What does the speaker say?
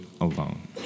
alone